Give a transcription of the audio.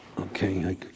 Okay